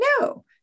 No